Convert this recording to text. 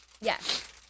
Yes